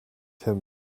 him